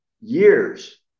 years